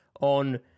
on